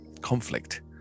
conflict